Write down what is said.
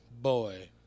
Boy